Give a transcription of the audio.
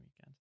weekend